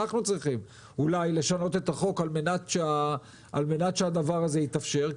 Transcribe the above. אנחנו צריכים אולי לשנות את החוק על מנת שהדבר הזה יתאפשר,